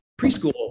preschool